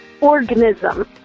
Organism